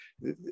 right